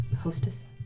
hostess